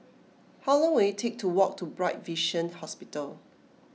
how long will it take to walk to Bright Vision Hospital